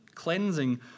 cleansing